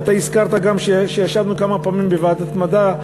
שהזכרת גם כשישבנו כמה פעמים בוועדת המדע,